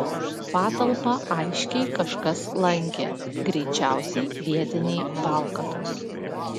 patalpą aiškiai kažkas lankė greičiausiai vietiniai valkatos